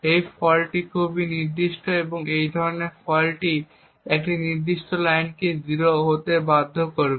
এবং ফল্টটি খুব নির্দিষ্ট এই ধরনের ফল্টটি এই নির্দিষ্ট লাইনটিকে 0 হতে বাধ্য করবে